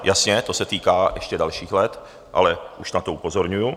Jasně, to se týká ještě dalších let, ale už na to upozorňuju.